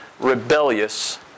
rebellious